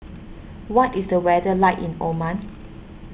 what is the weather like in Oman